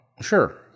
Sure